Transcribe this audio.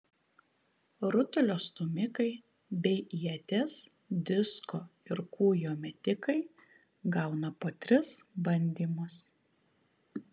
rutulio stūmikai bei ieties disko ir kūjo metikai gauna po tris bandymus